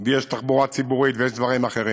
ויש תחבורה ציבורית ויש דברים אחרים.